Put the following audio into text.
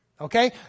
Okay